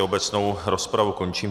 Obecnou rozpravu končím.